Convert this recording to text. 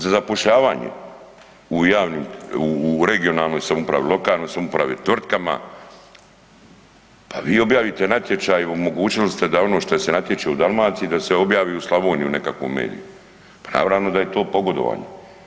Za zapošljavanje, u javnim, u regionalnoj samoupravi, lokalnoj samoupravi, tvrtkama, pa vi objavite natječaj, omogućili ste da ono što se natječe u Dalmaciji, da se objavi u Slavoniji u nekakvom mediju, naravno da je to pogodovanje.